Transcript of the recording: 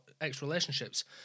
ex-relationships